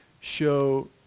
show